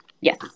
Yes